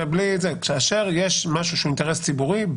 כאשר יש משהו שהוא אינטרס ציבורי,